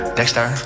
Dexter